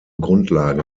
grundlage